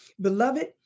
Beloved